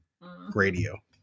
radio